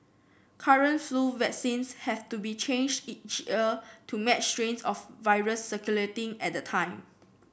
current flu vaccines have to be changed each to match strains of virus circulating at the time